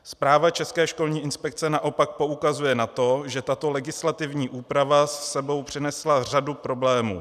Zpráva České školní inspekce naopak poukazuje na to, že tato legislativní úprava s sebou přinesla řadu problémů.